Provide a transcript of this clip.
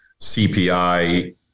CPI